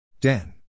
Dan